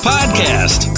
Podcast